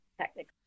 technically